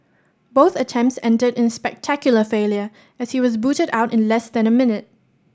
both attempts ended in spectacular failure as he was booted out in less than a minute